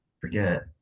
Forget